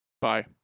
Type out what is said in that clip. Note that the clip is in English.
bye